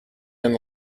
and